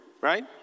right